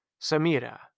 samira